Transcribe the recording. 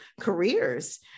careers